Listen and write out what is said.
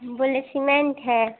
बोले सीमेन्ट है